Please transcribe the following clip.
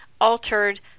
altered